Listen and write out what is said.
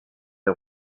der